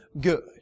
good